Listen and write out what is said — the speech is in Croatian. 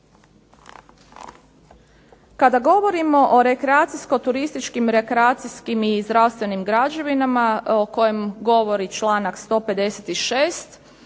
Kada govorimo o rekreacijsko turističkim i rekreacijskim i zdravstvenim građevinama o kojem govori članak 156.